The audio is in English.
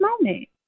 moment